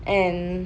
and